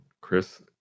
Chris